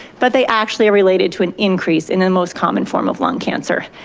but they actually relate it to an increase in the most common form of lung cancer.